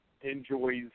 enjoys